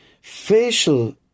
facial